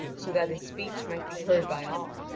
so that his speech might be heard by all.